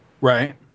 Right